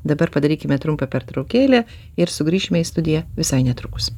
dabar padarykime trumpą pertraukėlę ir sugrįšime į studiją visai netrukus